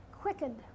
quickened